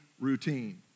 routine